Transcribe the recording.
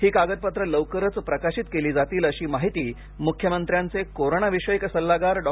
ही कागदपत्रे लवकरच प्रकाशित केली जातील अशी माहिती मुख्यमंत्र्यांचे कोरोनाविषयक सल्लागार डॉ